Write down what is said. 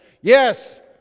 Yes